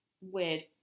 weird